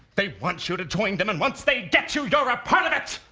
they want you to join them, and once they get you, you're a part of it!